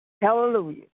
Hallelujah